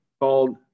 called